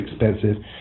expensive